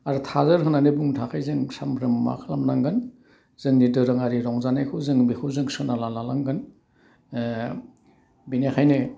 आरो थाजोर होन्नानै बुंनो थाखाइ जों सानफ्रोम मा खालामनांगोन जोंनि दोरोङारि रंजानायखौ जों बेखौ जों सोलोंना लालांगोन बिनिखाइनो